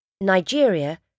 Nigeria